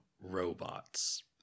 Robots